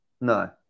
No